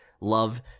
love